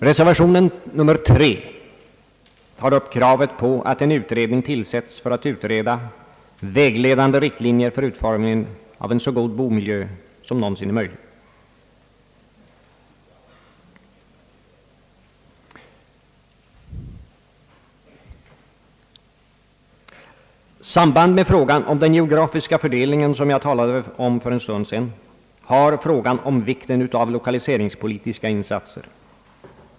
Reservation nr 3 innehåller krav på att en utredning tillsätts för att utreda vägledande riktlinjer för utformningen av en så god bomiljö som någonsin är möjligt. Samband med frågan om den geografiska fördelningen, som jag talade om för en stund sedan, har frågan om vikten av lokaliseringspolitiska insatser.